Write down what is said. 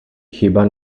chyba